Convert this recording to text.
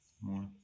more